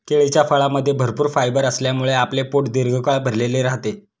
केळीच्या फळामध्ये भरपूर फायबर असल्यामुळे आपले पोट दीर्घकाळ भरलेले राहते